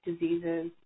diseases